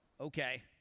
Okay